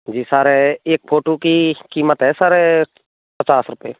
जी sir एक photo की कीमत है सर पचास रुपये